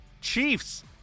Chiefs